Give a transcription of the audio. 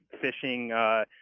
fishing